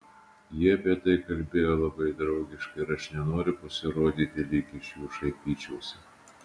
jie apie tai kalbėjo labai draugiškai ir aš nenoriu pasirodyti lyg iš jų šaipyčiausi